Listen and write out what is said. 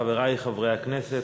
חברי חברי הכנסת,